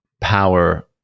power